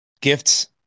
gifts